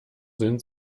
sind